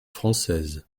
françaises